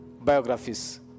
biographies